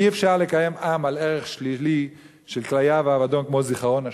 אי-אפשר לקיים עם על ערך שלילי של כליה ואבדון כמו זיכרון השואה.